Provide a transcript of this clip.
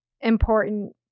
important